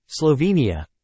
Slovenia